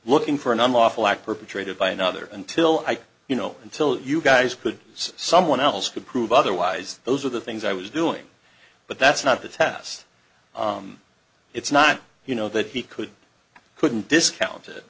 looking for an unlawful act perpetrated by another until i you know until you guys could someone else could prove otherwise those are the things i was doing but that's not the test it's not you know that he could couldn't discount